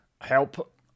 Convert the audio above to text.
help